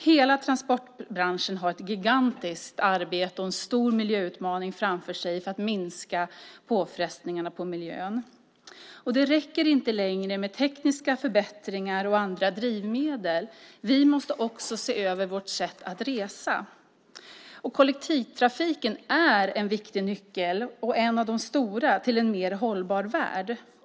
Hela transportbranschen har ett gigantiskt arbete och en stor miljöutmaning framför sig för att minska påfrestningarna på miljön. Det räcker inte längre med tekniska förbättringar och andra drivmedel. Vi måste också se över vårt sätt att resa. Kollektivtrafiken är en viktig och stor nyckel till en mer hållbar värld.